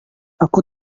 aku